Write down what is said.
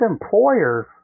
employers